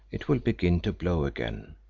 it will begin to blow again,